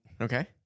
Okay